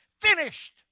finished